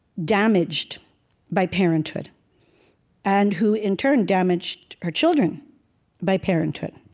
damaged by parenthood and who in turn damaged her children by parenthood.